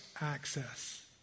access